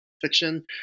fiction